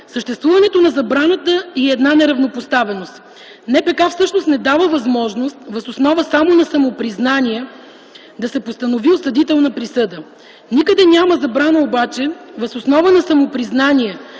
Съществуването на забраната е и една неравнопоставеност. НПК всъщност не дава възможност въз основа само на самопризнание да се постанови осъдителна присъда. Никъде няма забрана обаче въз основа на самопризнание